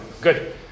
Good